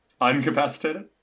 Uncapacitated